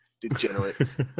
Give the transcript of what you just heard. degenerates